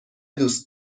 دوست